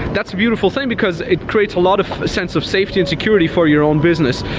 that's a beautiful thing, because it creates a lot of sense of safety and security for your own business,